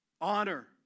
Honor